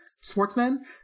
sportsman